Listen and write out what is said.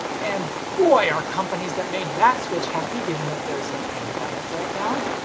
and boy are companies that made that switch happy given that there's a pandemic right now.